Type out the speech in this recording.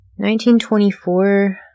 1924